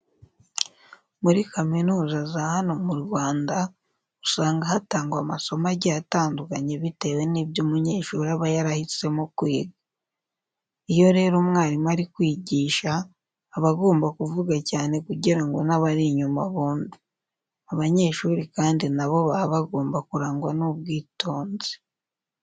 Muri kaminuza za hano mu Rwanda usanga hatangwa amasomo agiye atandukanye bitewe n'ibyo umunyeshuri aba yarahisemo kwiga. Iyo rero umwarimu ari kwigisha aba agomba kuvuga cyane kugira ngo n'abari inyuma bumve. Abanyeshuri kandi na bo baba bagomba kurangwa n'ubwitonzi.